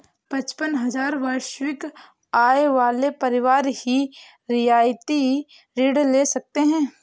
पचपन हजार वार्षिक आय वाले परिवार ही रियायती ऋण ले सकते हैं